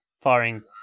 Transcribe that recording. firing